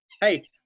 Hey